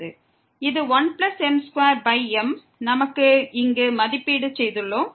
இந்த 1m2mஐ நாம் அங்கு மதிப்பீடு செய்துள்ளோம்